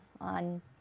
on